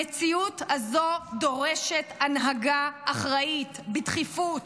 המציאות הזו דורשת הנהגה אחראית בדחיפות.